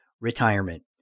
retirement